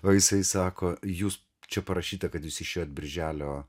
o jisai sako jūs čia parašyta kad jūs išėjot birželio